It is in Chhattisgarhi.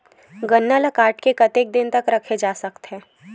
गन्ना ल काट के कतेक दिन तक रखे जा सकथे?